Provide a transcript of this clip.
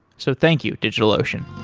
so thank you, digitalocean